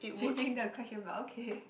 changing the question but okay